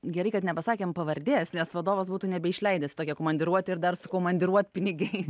gerai kad nepasakėm pavardės nes vadovas būtų nebeišleidęs į tokią komandiruotę ir dar su komandiruotpinigiais